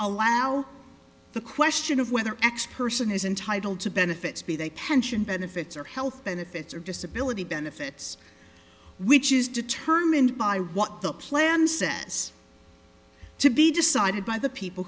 allow the question of whether x person is entitled to benefits be they pension benefits or health benefits or disability benefits which is determined by what the plan says to be decided by the people